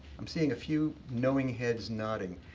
i'm seeing a few knowing heads nodding.